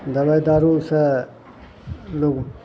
दबाइ दारूसँ लोग